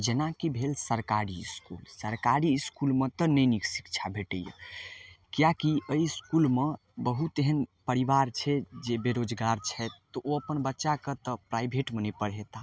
जेनाकि भेल सरकारी इसकुल सरकारी इसकुलमे तऽ नहि नीक शिक्षा भेटैए किएकि एहि इसकुलमे बहुत एहन परिवार छै जे बेरोजगार छथि तऽ ओ अपन बच्चाकेँ तऽ प्राइवेटमे नहि पढ़ेताह